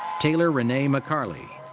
taylor renee mccarley.